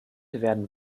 werden